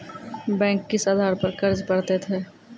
Bank किस आधार पर कर्ज पड़तैत हैं?